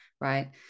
right